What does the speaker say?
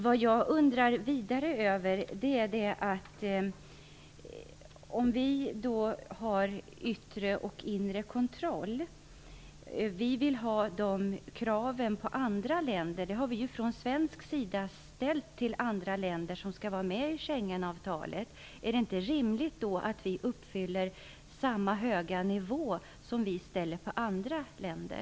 Vidare undrar jag över är detta med yttre och inre kontroll. Vi har från svensk sida ställt krav som skall gälla andra länder som skall vara med i Schengensamarbetet. Är det inte rimligt att vi uppfyller samma höga krav som vi ställer på andra länder?